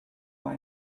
bei